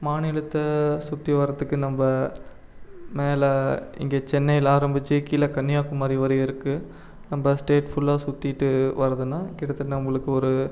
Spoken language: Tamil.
மாநிலத்தை சுற்றி வரதுக்கு நம்ப மேலே இங்கே சென்னையில ஆரம்பிச்சி கீழே கன்னியாகுமாரி வரை இருக்கு நம்ப ஸ்டேட் ஃபுல்லாக சுற்றிட்டு வரதுன்னா கிட்டத்தட்ட நம்பளுக்கு ஒரு